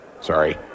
Sorry